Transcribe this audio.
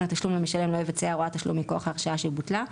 חשבון התשלום למשלם לא יבצע הוראת תשלום מכוח ההרשאה שבוטלה.